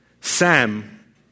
Sam